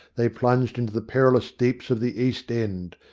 they plunged into the perilous deeps of the east end,